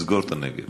סגור את הנגב.